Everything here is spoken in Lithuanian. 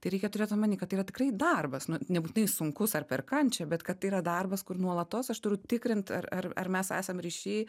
tai reikia turėt omeny kad tai yra tikrai darbas nu nebūtinai sunkus ar per kančią bet kad tai yra darbas kur nuolatos aš turiu tikrint ar ar ar mes esam ryšy